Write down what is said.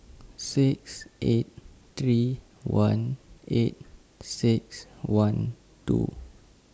six eight three one eight six one two